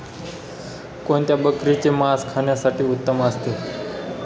कोणत्या बकरीचे मास खाण्यासाठी उत्तम असते?